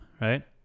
right